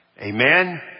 Amen